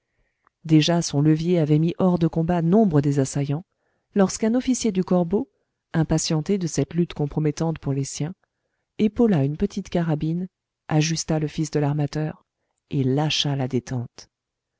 déjà son levier avait mis hors de combat nombre des assaillants lorsqu'un officier du corbeau impatienté de cette lutte compromettante pour les siens épaula une petite carabine ajusta le fils de l'armateur et lâcha la détente